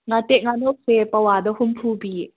ꯉꯥꯇꯦꯛ ꯉꯥꯅꯧꯁꯦ ꯄꯋꯥꯗ ꯍꯨꯝꯐꯨ ꯄꯤꯌꯦ